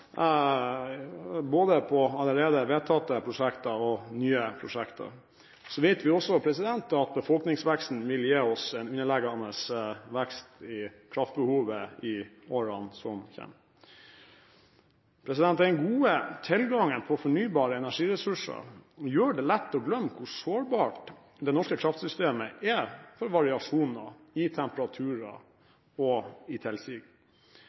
både i allerede vedtatte prosjekter og nye prosjekter. Så vet vi også at befolkningsveksten vil gi oss en underliggende vekst i kraftbehovet i årene som kommer. Den gode tilgangen på fornybare energiressurser gjør det lett å glemme hvor sårbart det norske kraftsystemet er for variasjoner i temperaturer og i tilsig.